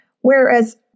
Whereas